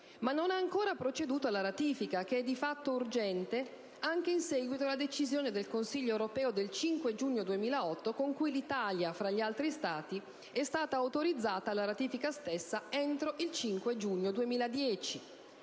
ma non ha ancora proceduto alla ratifica che è di fatto urgente anche in seguito alla decisione del Consiglio europeo del 5 giugno 2008 con cui l'Italia, fra gli altri Stati, è stata autorizzata alla ratifica stessa entro il 5 giugno 2010.